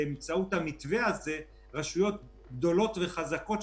לייצר מצב שבאמצעות המתווה הזה רשויות גדולות וחזקות,